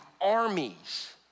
armies